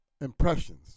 Impressions